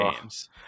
games